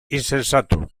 insensato